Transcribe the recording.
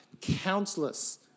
countless